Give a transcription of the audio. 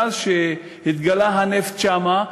מאז התגלה הנפט שם,